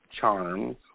charms